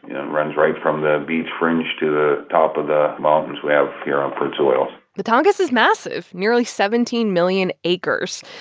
yeah runs right from the beach fringe to the top of the mountains we have here on prince of wales the tongass is massive nearly seventeen million acres.